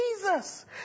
Jesus